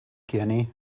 guinea